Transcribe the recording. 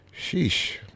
Sheesh